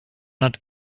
not